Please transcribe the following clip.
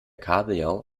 kabeljau